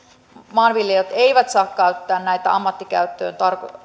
maanviljelijät eivät saa käyttää näitä ammattikäyttöön